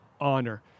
honor